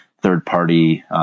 third-party